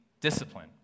discipline